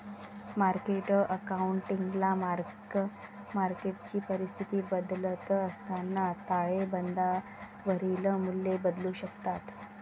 market अकाउंटिंगला mark मार्केटची परिस्थिती बदलत असताना ताळेबंदावरील मूल्ये बदलू शकतात